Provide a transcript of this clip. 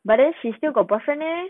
but then she still got boyfriend leh